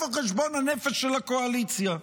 איפה חשבון הנפש של הקואליציה?